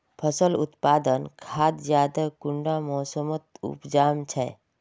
फसल उत्पादन खाद ज्यादा कुंडा मोसमोत उपजाम छै?